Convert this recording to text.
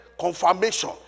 confirmation